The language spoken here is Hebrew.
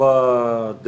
הבא.